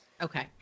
Okay